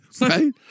Right